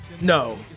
No